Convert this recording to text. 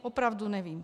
Opravdu nevím.